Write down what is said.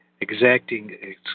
exacting